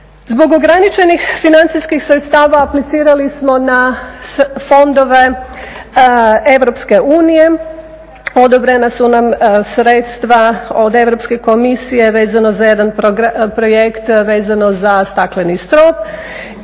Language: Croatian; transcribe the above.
Zbog ograničenih financijskih sredstava aplicirali smo na fondove Europske unije. Odobrena su nam sredstva od Europske komisije vezano za jedan projekt vezano za stakleni strop